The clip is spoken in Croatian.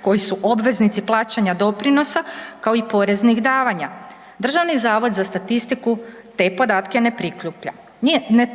koji su obveznici plaćanja doprinosa, kao i poreznih davanja? Državni zavod za statistiku te podatke ne